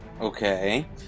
Okay